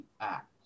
act